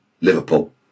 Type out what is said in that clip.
Liverpool